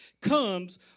comes